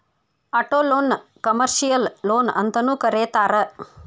ಆಟೊಲೊನ್ನ ಕಮರ್ಷಿಯಲ್ ಲೊನ್ಅಂತನೂ ಕರೇತಾರ